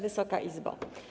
Wysoka Izbo!